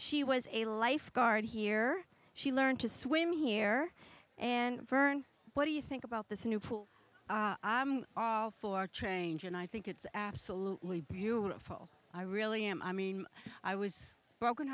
she was a lifeguard here she learned to swim here and fern what do you think about this new pool hall for change and i think it's absolutely beautiful i really am i mean i was